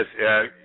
yes